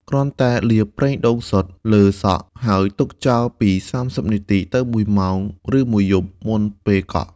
គ្រាន់តែលាប ប្រេងដូងសុទ្ធ លើសក់ ហើយទុកចោលពី ៣០នាទីទៅ ១ម៉ោង ឬមួយយប់មុនពេលកក់។